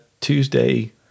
Tuesday